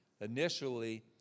Initially